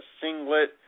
singlet